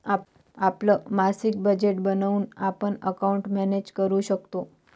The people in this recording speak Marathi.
आपलं मासिक बजेट बनवून आपण अकाउंट मॅनेज करू शकतो